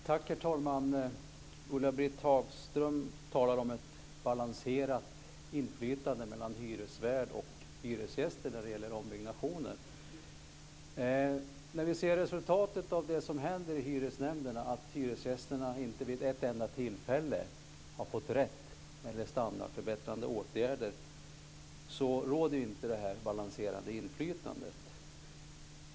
Herr talman! Ulla-Britt Hagström talar om ett balanserat inflytande mellan hyresvärd och hyresgäster när det gäller ombyggnationer. När vi ser resultatet av det som händer i hyresnämnderna, att hyresgästerna inte vid ett enda tillfälle har fått rätt när det gäller standardförbättrande åtgärder, råder ju inte det här balanserade inflytandet.